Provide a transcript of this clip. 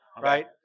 right